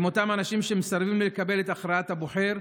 הם אותם אנשים שמסרבים לקבל את הכרעת הבוחר,